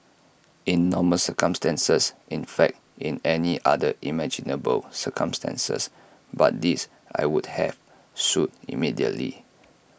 in normal circumstances in fact in any other imaginable circumstance but this I would have sued immediately